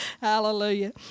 Hallelujah